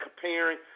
comparing